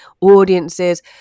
audiences